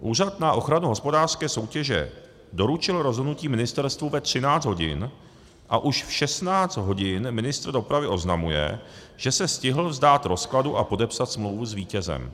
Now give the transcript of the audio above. Úřad na ochranu hospodářské soutěže doručil rozhodnutí ministerstvu ve 13 hodin, a už v 16 hodin ministr dopravy oznamuje, že se stihl vzdát rozkladu a podepsat smlouvu s vítězem.